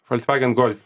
volkswagen golf